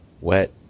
wet